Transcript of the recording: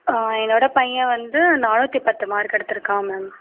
என்னோடய பையன் வந்து நானூற்றி பத்து மார்க் எடுத்துருக்கான் மேம்